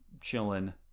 chilling